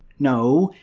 no,